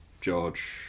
George